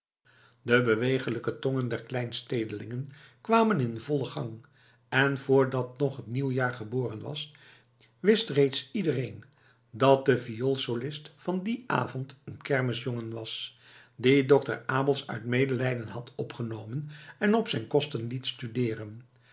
de beweeglijke tongen der kleinstedelingen kwamen in vollen gang en voordat nog t nieuwejaar geboren was wist reeds iedereen dat de viool solist van dien avond een kermisjongen was dien dokter abels uit medelijden had opgenomen en op zijn kosten liet studeeren